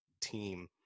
team